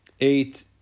eight